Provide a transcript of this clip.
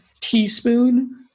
teaspoon